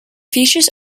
features